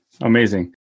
Amazing